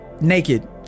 naked